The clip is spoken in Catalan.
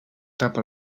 tapa